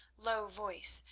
low voice,